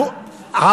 אתה מאמין לה?